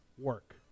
work